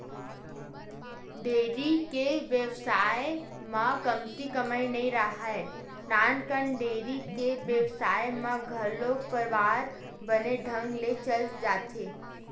dairy के बेवसाय म कमती कमई नइ राहय, नानकन डेयरी के बेवसाय म घलो परवार बने ढंग ले चल जाथे